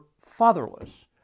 fatherless